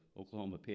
Oklahoma